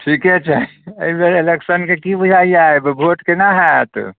ठीके छै एहि बेर इलेक्शनके की बुझैया एहि बेर भोट केना होयत